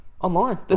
Online